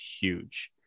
huge